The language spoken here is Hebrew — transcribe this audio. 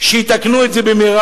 כדי שיתקנו את זה במהרה,